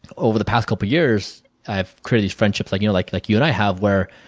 over the past couple years i have created these friendships like you know like like you and i have where